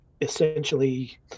essentially